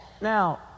Now